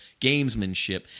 gamesmanship